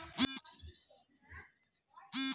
कोनो कोनो बकरी सेहो उन दैत छै